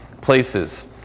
places